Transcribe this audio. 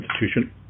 institution